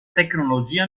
tecnologia